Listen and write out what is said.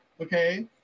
Okay